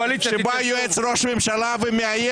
הם לא כאן כדי להגן